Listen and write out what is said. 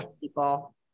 people